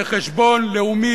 בחשבון לאומי,